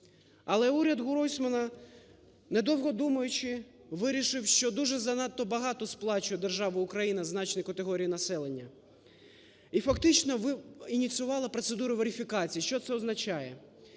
Але урядГройсмана, не довго думаючи, вирішив, що дуже занадто багато сплачує держава Україна зазначеній категорії населення, і фактично ініціював процедуру верифікації. Що це означає?